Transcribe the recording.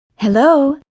Hello